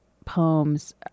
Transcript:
poems